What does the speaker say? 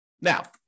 Now